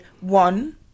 one